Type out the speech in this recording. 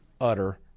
utter